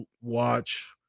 watch